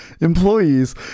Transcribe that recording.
employees